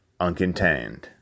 uncontained